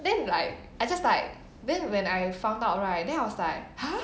then like I just like then when I found out right then I was like !huh!